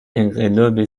انقلاب